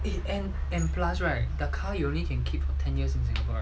eh and and plus right the car you only can keep for ten years in singapore